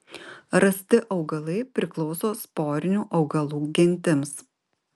rasti augalai priklauso sporinių augalų gentims